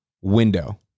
window